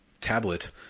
tablet